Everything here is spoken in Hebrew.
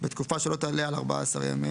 בתקופה שלא תעלה על 14 ימים,